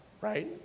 right